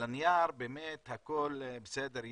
על הנייר באמת הכול בסדר,